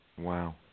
Wow